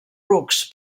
rucs